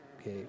Okay